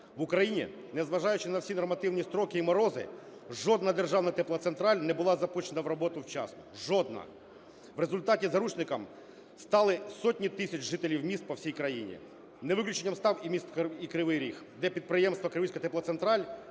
В Україні, незважаючи на всі нормативні строки і морози, жодна державна теплоцентраль не була запущена в роботу вчасно, жодна. В результаті заручниками стали сотні тисяч жителів міст по всій країні, не виключенням став і місто… і Кривій Ріг, де підприємство "Криворізька теплоцентраль",